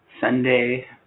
Sunday